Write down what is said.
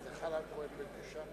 זה חל על כוהן וגרושה?